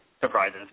surprises